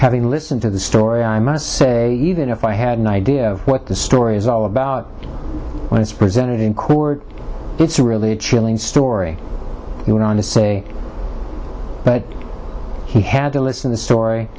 having listened to the story i must say even if i had no idea what the story is all about when it's presented in court it's really a chilling story he went on to say but he had to listen the story